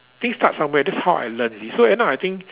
things start somewhere that's how I learn you see so end up I think